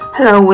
Hello